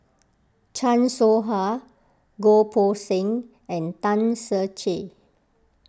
Chan Soh Ha Goh Poh Seng and Tan Ser Cher